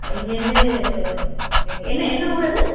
இங்கேயிருந்து என்ன என்ன ஊர் அது